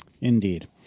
Indeed